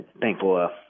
thankful